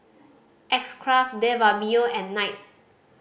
X Craft De Fabio and Night